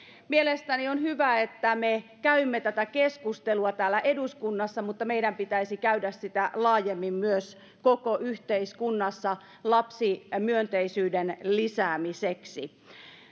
mielestäni on hyvä että me käymme tätä keskustelua täällä eduskunnassa mutta meidän pitäisi käydä sitä laajemmin myös koko yhteiskunnassa lapsimyönteisyyden lisäämiseksi